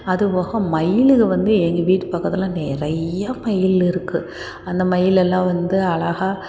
அது போக மயிலுங்க வந்து எங்கள் வீட்டு பக்கத்தில் நிறையா மயில் இருக்கு அந்த மயிலெல்லாம் வந்து அழகாக